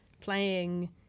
playing